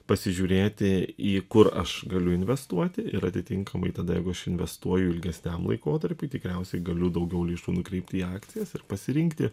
pasižiūrėti į kur aš galiu investuoti ir atitinkamai tada jeigu aš investuoju ilgesniam laikotarpiui tikriausiai galiu daugiau lėšų nukreipti į akcijas ir pasirinkti